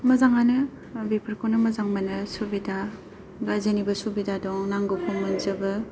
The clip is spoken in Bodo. मोजाङानो बेफोरखौनो मोजां मोनो सुबिदा बा जेनिबो सुबिदा दं नांगौखौ मोनजोबो